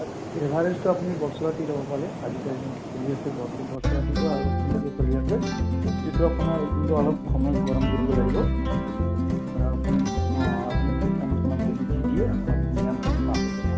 এভাৰেষ্টতো আপুনি বৰচলাৰ টি ল'ব পাৰে আজি কালি যোনতো চলি আছে বৰচলাৰ টিতো আৰু ধুনীয়াকে চলি আছে এইটো আপোনাৰ যোনটো অলপ সময় গৰম কৰিব লাগিব আপুনি আপুনি দুই চামুচমান যদি দি দিয়ে আপোনাৰ ধুনীয়া মানে চাহ হৈ যাব